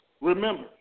Remember